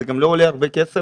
זה גם לא עולה הרבה כסף.